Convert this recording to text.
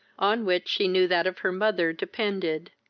on which she knew that of her mother depended.